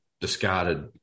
discarded